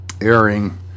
airing